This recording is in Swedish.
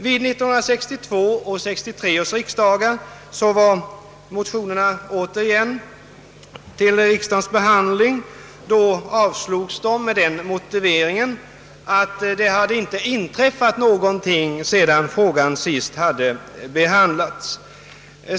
Vid 1962 och 1963 års riksdagar var moticnerna återigen uppe till behandling, och då avslogs de med motiveringen att ingenting hade inträffat sedan frågan sist hade behandlats.